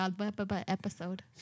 episode